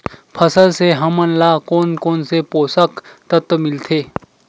फसल से हमन ला कोन कोन से पोषक तत्व मिलथे?